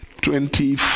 Twenty